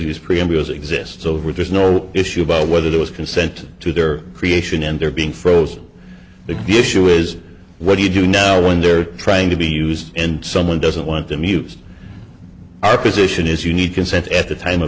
as exists over there's no issue about whether there was consent to their creation and their being frozen big issue is what do you do now when they're trying to be used and someone doesn't want them used our position is you need consent at the time of